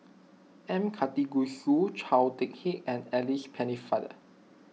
M Karthigesu Chao Hick Tin and Alice Pennefather